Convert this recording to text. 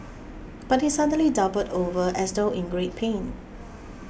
but he suddenly doubled over as though in great pain